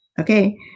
Okay